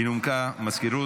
היא נומקה, מזכירות?